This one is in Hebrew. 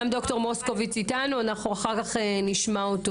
גם דר' מוסקוביץ אתנו, נשמע אותו